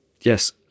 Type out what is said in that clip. yes